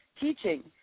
teaching